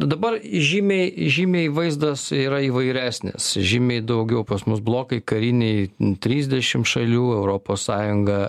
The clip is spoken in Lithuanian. dabar žymiai žymiai vaizdas yra įvairesnis žymiai daugiau pas mus blokai kariniai trisdešim šalių europos sąjunga